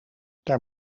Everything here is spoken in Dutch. daar